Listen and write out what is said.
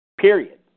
Period